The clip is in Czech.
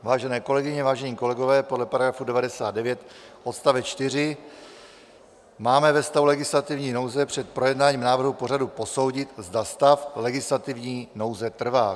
Vážené kolegyně, vážení kolegové, podle § 99 odst. 4 máme ve stavu legislativní nouze před projednáním návrhu pořadu posoudit, zda stav legislativní nouze trvá.